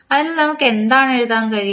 അതിനാൽ നമുക്ക് എന്താണ് എഴുതാൻ കഴിയുക